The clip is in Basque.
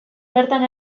bertan